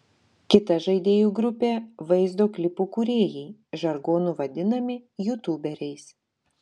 kita žaidėjų grupė vaizdo klipų kūrėjai žargonu vadinami jutuberiais